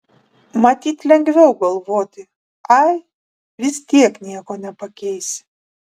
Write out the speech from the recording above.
matyt lengviau galvoti ai vis tiek nieko nepakeisi